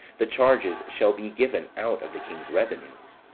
the charges shall be given out of the king's revenues